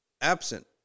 absent